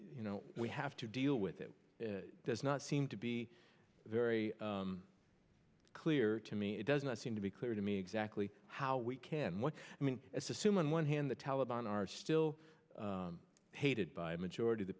you know we have to deal with it does not seem to be very clear to me it does not seem to be clear to me exactly how we can what i mean it's assume on one hand the taliban are still hated by a majority